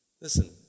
listen